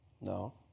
No